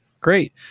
Great